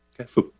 Okay